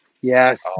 Yes